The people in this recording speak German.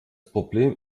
problem